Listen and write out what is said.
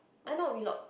ah not Wheelock